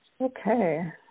Okay